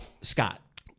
Scott